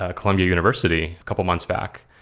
ah columbia university, a couple of months back,